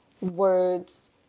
words